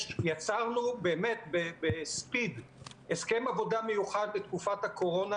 יצרנו בספיד הסכם עבודה מיוחד לתקופת הקורונה,